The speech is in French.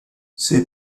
ses